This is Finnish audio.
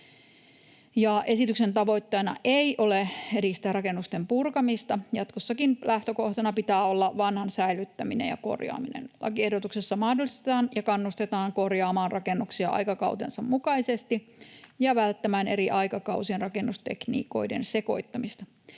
Esityksen tavoitteena ei ole edistää rakennusten purkamista. Jatkossakin lähtökohtana pitää olla vanhan säilyttäminen ja korjaaminen. Lakiehdotuksessa mahdollistetaan ja kannustetaan korjaamaan rakennuksia aikakautensa mukaisesti ja välttämään eri aikakausien rakennustekniikoiden sekoittamista.